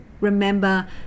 remember